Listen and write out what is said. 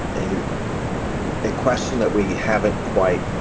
a a question that we haven't quite